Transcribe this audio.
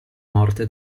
morte